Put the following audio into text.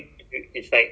virtual ah